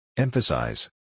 Emphasize